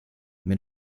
mais